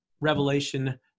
Revelation